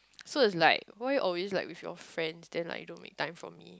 so it's like why always like with you friends then like you don't make time for me